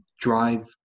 drive